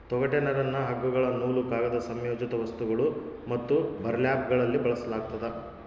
ತೊಗಟೆ ನರನ್ನ ಹಗ್ಗಗಳು ನೂಲು ಕಾಗದ ಸಂಯೋಜಿತ ವಸ್ತುಗಳು ಮತ್ತು ಬರ್ಲ್ಯಾಪ್ಗಳಲ್ಲಿ ಬಳಸಲಾಗ್ತದ